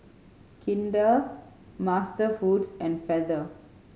Kinder MasterFoods and Feather